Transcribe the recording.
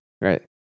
Right